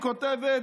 היא כותבת,